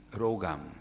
rogam